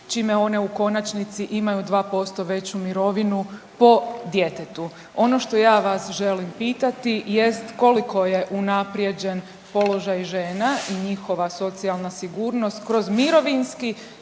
čime one u konačnici imaju 2% veću mirovinu po djetetu. Ono što ja vas želim pitati jest koliko je unaprijeđen položaj žena i njihova socijalna sigurnost kroz mirovinski